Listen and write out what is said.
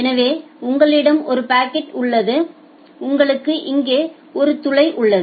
எனவே உங்களிடம் ஒரு பக்கெட் உள்ளது உங்களுக்கு இங்கே ஒரு துளை உள்ளது